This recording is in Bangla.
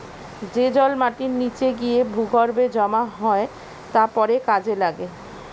যে জল মাটির নিচে গিয়ে ভূগর্ভে জমা হয় তা পরে কাজে লাগে